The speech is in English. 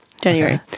January